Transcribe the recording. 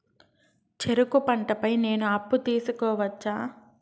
చెరుకు పంట పై నేను అప్పు తీసుకోవచ్చా?